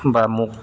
বা মোক